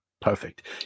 perfect